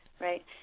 Right